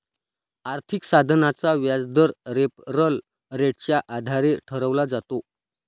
आर्थिक साधनाचा व्याजदर रेफरल रेटच्या आधारे ठरवला जातो